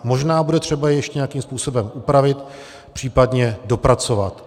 Možná bude třeba ještě nějakým způsobem upravit, případně dopracovat.